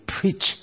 preach